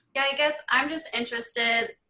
yeah i guess i'm just interested.